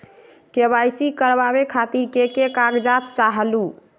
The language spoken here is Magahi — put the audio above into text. के.वाई.सी करवे खातीर के के कागजात चाहलु?